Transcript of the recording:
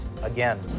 again